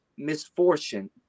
misfortune